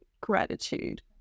gratitude